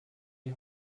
die